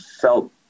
felt